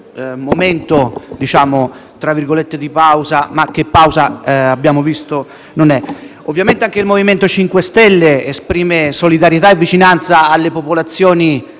argomento in questo momento di pausa (e che pausa, abbiamo visto, non è). Ovviamente anche il MoVimento 5 Stelle esprime solidarietà e vicinanza alle popolazioni